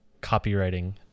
Copywriting